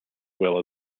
well